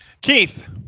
Keith